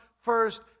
first